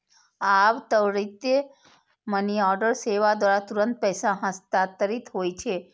आब त्वरित मनीऑर्डर सेवा द्वारा तुरंत पैसा हस्तांतरित होइ छै